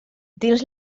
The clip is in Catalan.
dins